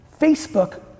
Facebook